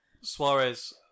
Suarez